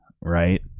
Right